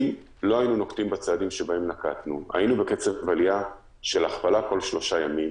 אם לא היינו נוקטים בצעדים שבהם נקטנו היינו בהכפלה כל שלושה ימים,